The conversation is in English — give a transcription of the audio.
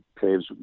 Caves